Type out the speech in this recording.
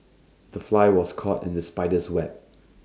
the fly was caught in the spider's web